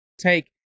take